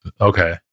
Okay